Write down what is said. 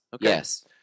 Yes